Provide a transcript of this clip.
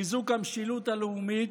חיזוק המשילות הלאומית,